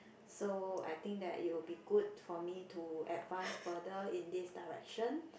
so I think that it will be good for me to advance further in this direction